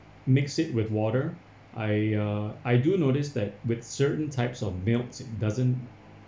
mix it with water I uh I do notice that with certain types of milks it doesn't